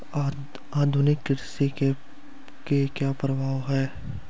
आधुनिक कृषि के क्या प्रभाव हैं?